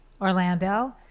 Orlando